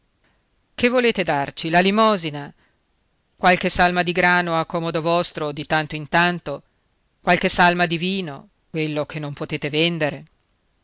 che volete darci la limosina qualche salma di grano a comodo vostro di tanto in tanto qualche salma di vino quello che non potete vendere